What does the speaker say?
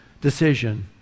decision